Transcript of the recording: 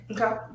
Okay